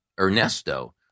Ernesto